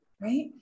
right